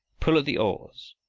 pull at the oars,